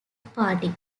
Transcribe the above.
party